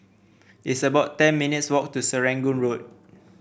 it's about ten minutes' walk to Serangoon Road